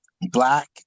Black